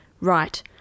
Right